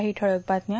काही ठळक बातम्या